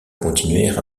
continuèrent